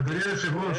אדוני היושב-ראש,